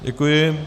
Děkuji.